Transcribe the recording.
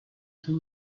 two